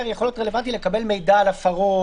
יכול להיות רלוונטי לקבל מידע על הפרות,